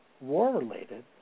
war-related